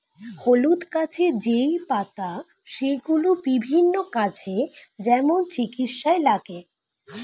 হলুদ গাছের যেই পাতা সেগুলো বিভিন্ন কাজে, যেমন চিকিৎসায় লাগে